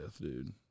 dude